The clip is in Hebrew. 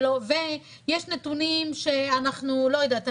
יש נתונים שאנחנו לא יודעת,